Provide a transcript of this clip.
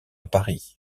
paris